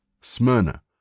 Smyrna